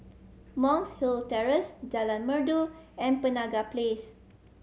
Monk's Hill Terrace Jalan Merdu and Penaga Place